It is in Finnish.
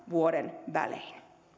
vuoden välein